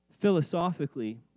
Philosophically